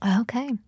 Okay